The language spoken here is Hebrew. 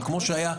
אבל כמו שהיה,